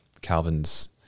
Calvin's